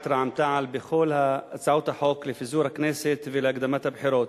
רע"ם-תע"ל בכל הצעות החוק לפיזור הכנסת ולהקדמת הבחירות.